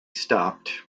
stopped